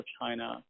China